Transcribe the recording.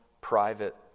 private